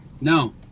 No